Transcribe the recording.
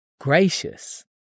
Gracious